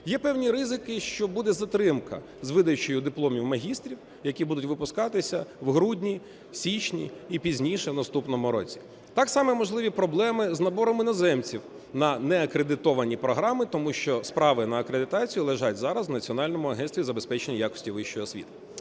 є певні ризики, що буде затримка з видачею дипломів магістрів, які будуть випускатися в грудні, січні і пізніше в наступному році. Так само можливі проблеми з набором іноземців на неакредитовані програми, тому що справи на акредитацію лежать зараз в Національному агентстві із забезпечення якості вищої освіти.